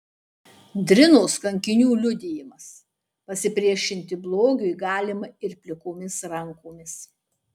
drinos kankinių liudijimas pasipriešinti blogiui galima ir plikomis rankomis